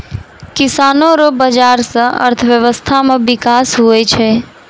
किसानो रो बाजार से अर्थव्यबस्था मे बिकास हुवै छै